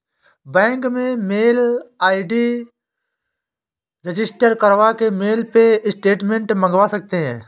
bank में mail ID register करवा के मेल पे स्टेटमेंट मंगवा सकते है